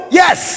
yes